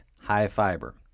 high-fiber